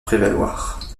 prévaloir